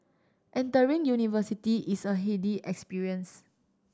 entering university is a heady experience